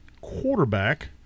quarterback –